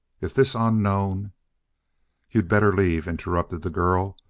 if this unknown you'd better leave, interrupted the girl.